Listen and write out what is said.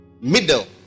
middle